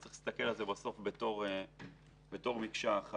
צריך להסתכל על זה בסוף כעל מקשה אחת.